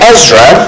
Ezra